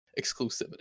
exclusivity